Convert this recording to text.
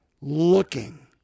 looking